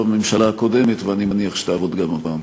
בממשלה הקודמת ואני מניח שתעבוד גם הפעם.